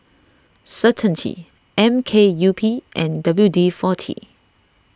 Certainty M K U P and W D forty